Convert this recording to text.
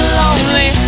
lonely